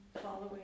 following